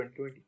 2020